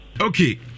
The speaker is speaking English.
Okay